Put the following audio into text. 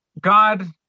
God